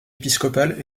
épiscopal